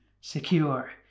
secure